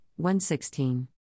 1.16